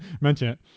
mention